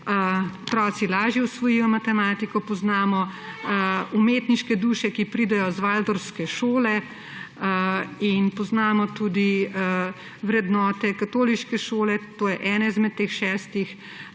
Otroci lažje usvojijo matematiko. Poznamo umetniške duše, ki pridejo z Valdorfske šole in poznamo tudi vrednote katoliške šole, to je ena izmed teh šestih,